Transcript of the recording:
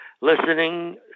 listening